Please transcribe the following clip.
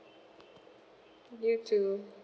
you too